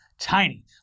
tiny